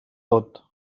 tot